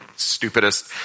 stupidest